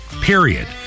period